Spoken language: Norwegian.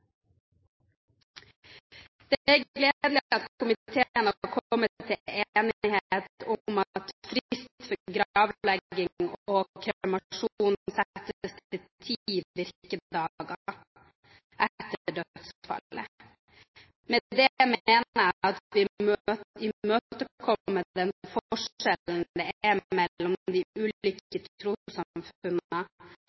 Det er gledelig at komiteen har kommet til enighet om at frist for gravlegging og kremasjon settes til ti virkedager etter dødsfallet. Med det mener jeg at vi imøtekommer den forskjell det er mellom de